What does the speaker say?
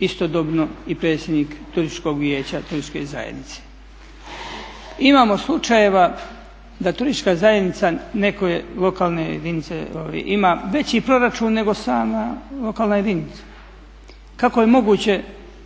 istodobno i predsjednik turističkog vijeća, turističke zajednice. Imamo slučajeva da turistička zajednica, rekao je lokalne jedinice ima, veći proračun nego sama lokalna jedinica. Kako je moguće